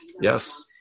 yes